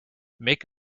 make